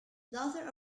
daughter